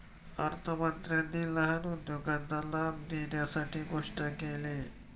अर्थमंत्र्यांनी लहान उद्योजकांना लाभ देण्यासाठी घोषणा केली